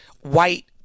white